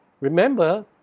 remember